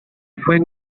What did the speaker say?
fue